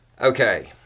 Okay